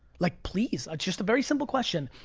like please, just a very simple question.